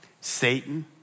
Satan